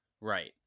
Right